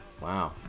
Wow